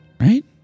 right